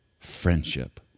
Friendship